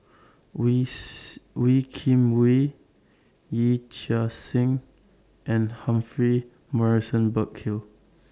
with Wee Kim Wee Yee Chia Hsing and Humphrey Morrison Burkill